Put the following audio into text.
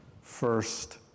first